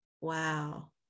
Wow